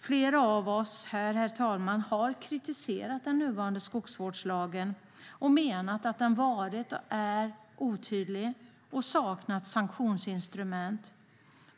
Flera av oss har kritiserat den nuvarande skogsvårdslagen, herr talman, och menat att den varit och är otydlig samt saknar sanktionsinstrument.